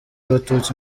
abatutsi